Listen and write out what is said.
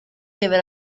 deve